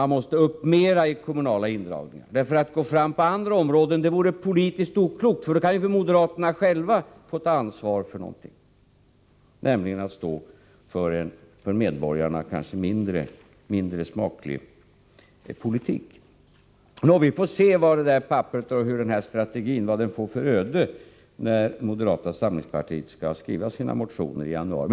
Man måste upp mera i kommunala indragningar. Att gå fram på andra områden vore ”politiskt oklokt”, för då kan ju moderaterna själva få ta ansvar för någonting. De skulle kunna tvingas stå för en för medborgarna kanske mindre smaklig politik. Nå, vi får se vad den här strategin möter för öde, när moderata samlingspartiet skall skriva sina motioner i januari.